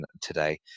today